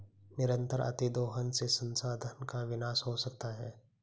निरंतर अतिदोहन से संसाधन का विनाश हो सकता है